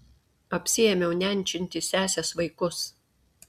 apsiėmiau nenčinti sesės vaikus